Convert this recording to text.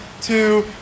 two